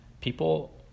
people